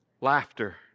Laughter